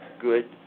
good